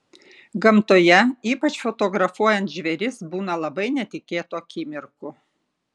gamtoje ypač fotografuojant žvėris būna labai netikėtų akimirkų